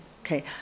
Okay